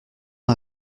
n’a